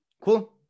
cool